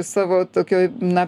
savo tokioj na